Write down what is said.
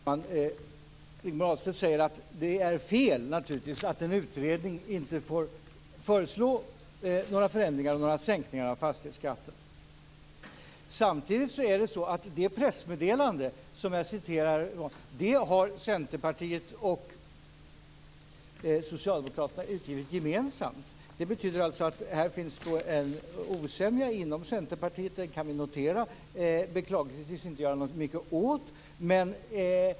Herr talman! Rigmor Ahlstedt säger att det är fel att man i en utredning inte får föreslå några förändringar eller sänkningar av fastighetsskatten. Men samtidigt har Centerpartiet och Socialdemokraterna gemensamt utgivit det pressmeddelande jag hänvisade till. Vi kan notera att här finns en osämja inom Centerpartiet. Det tycks inte gå att göra något åt det.